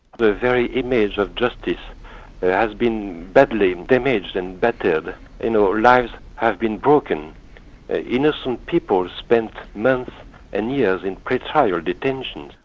the very image of justice has been badly damaged and battered. ah lives have been broken innocent people spent months and years in pre trial yeah detention.